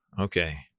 Okay